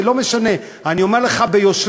זה לא משנה אני אומר לך ביושרה,